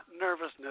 nervousness